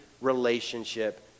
relationship